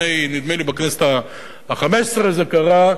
נדמה לי בכנסת החמש-עשרה זה קרה,